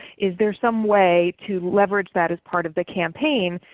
is there some way to leverage that as part of the campaign.